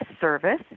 service